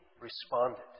responded